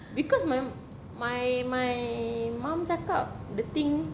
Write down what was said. because my my my mum cakap the thing